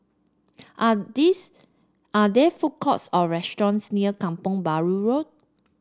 are this are there food courts or restaurants near Kampong Bahru Road